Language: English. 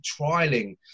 trialing